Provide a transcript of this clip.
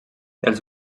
els